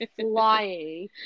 flying